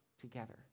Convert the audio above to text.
together